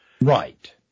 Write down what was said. Right